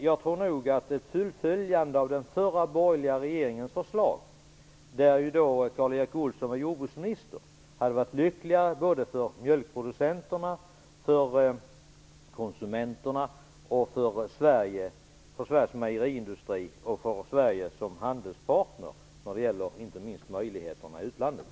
Jag tror att ett fullföljande av förslaget från den förra borgerliga regeringen, där Karl Erik Olsson var jordbruksminister, hade varit lyckligare för mjölkproducenterna, för konsumenterna, för Sveriges mejeriindustri och för Sverige som handelspartner, inte minst vad gäller våra möjligheter i utlandet.